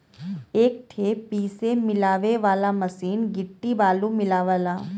एक ठे पीसे मिलावे वाला मसीन गिट्टी बालू मिलावला